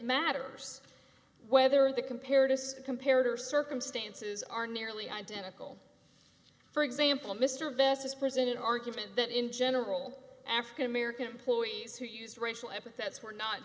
matters whether the comparative compared her circumstances are nearly identical for example mr vest is presented argument that in general african american employees who used racial epithets were not